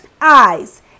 eyes